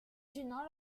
gênants